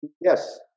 Yes